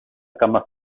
cama